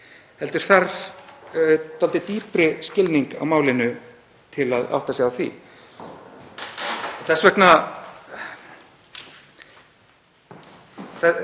heldur þarf dálítið dýpri skilning á málinu til að átta sig á því. Þessi grein